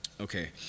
Okay